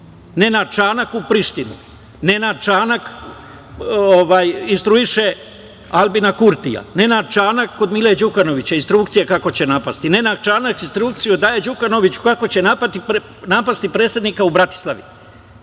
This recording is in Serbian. Nenad Čanak u Prištinu, Nenad Čanak instruiše Aljbina Kurtija, Nenad Čanak kod Mile Đukanovića, instrukcije kako će napasti. Nenad Čanak instrukcije daje Đukanoviću kako će napasti predsednika u Bratislavi,